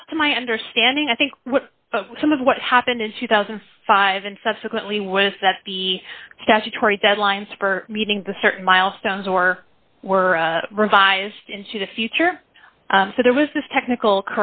not to my understanding i think some of what happened in two thousand and five and subsequently was that the statutory deadlines for meeting the certain milestones or were revised into the future so there was this technical